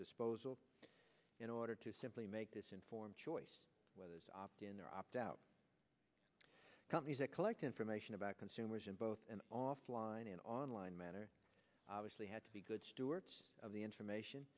disposal in order to simply make this informed choice whether it's opt in or opt out companies that collect information about consumers in both an offline and online manner obviously had to be good stewards of the information